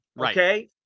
okay